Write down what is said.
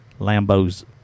Lambo's